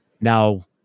Now